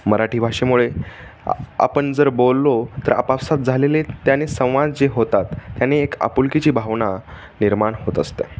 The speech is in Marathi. मराठी भाषेमुळे आ आपण जर बोललो तर आपापसात झालेले त्याने संवाद जे होतात त्याने एक आपुलकीची भावना निर्माण होत असते